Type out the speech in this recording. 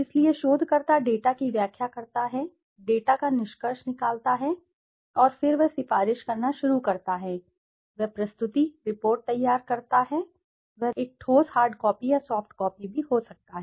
इसलिए शोधकर्ता डेटा की व्याख्या करता है डेटा का निष्कर्ष निकालता है और फिर वह सिफारिश करना शुरू करता है वह प्रस्तुति रिपोर्ट तैयार करता है वह रिपोर्ट तैयार करता है एक ठोस हार्ड कॉपी या सॉफ्ट कॉपी भी हो सकता है